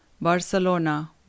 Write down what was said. Barcelona